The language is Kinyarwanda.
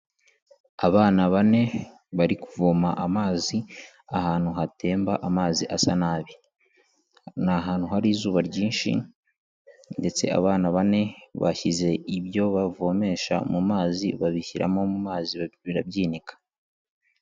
Abana bane, bari kuvoma amazi ahantu hatemba amazi asa nabi. Ni ahantu hari izuba ryinshi ndetse abana bane bashyize ibyo bavomesha mu mazi, babishyiramo mu mazi barabyinika.